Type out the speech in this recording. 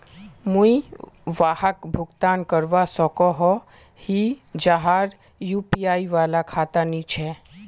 मुई वहाक भुगतान करवा सकोहो ही जहार यु.पी.आई वाला खाता नी छे?